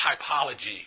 typology